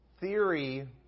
theory